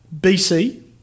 BC